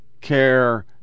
care